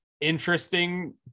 interesting